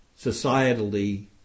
societally